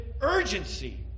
urgency